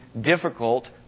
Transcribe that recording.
difficult